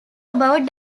about